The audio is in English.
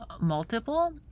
multiple